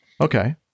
okay